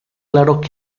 claro